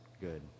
good